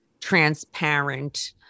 transparent